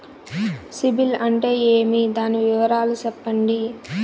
సిబిల్ అంటే ఏమి? దాని వివరాలు సెప్పండి?